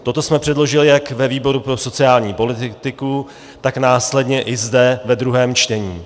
Toto jsme předložili jak ve výboru pro sociální politiku, tak následně i zde ve druhém čtení.